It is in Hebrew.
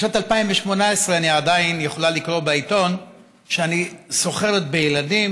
בשנת 2018 אני עדיין יכולה לקרוא בעיתון שאני סוחרת בילדים,